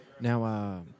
Now